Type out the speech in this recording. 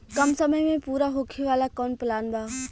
कम समय में पूरा होखे वाला कवन प्लान बा?